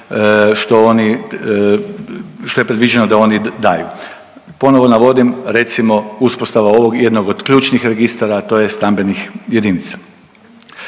što je predviđeno da oni daju. Ponovo navodim recimo uspostava ovog jednog od ključnih registara, a to je stambenih jedinica.